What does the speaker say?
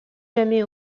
jamais